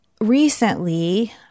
recently